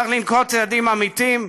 צריך לנקוט צעדים אמיצים,